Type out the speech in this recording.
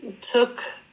took